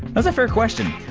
that's a fair question.